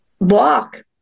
block